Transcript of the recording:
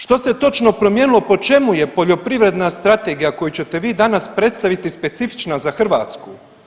Što se točno promijenilo, po čemu je poljoprivredna strategija koju ćete vi danas predstaviti specifična za Hrvatsku?